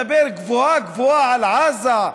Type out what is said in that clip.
לדבר גבוהה-גבוהה על עזה,